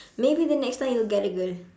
maybe the next time you'll get a girl